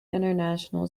international